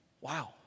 Wow